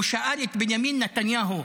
הוא שאל את בנימין נתניהו: